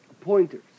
pointers